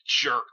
jerk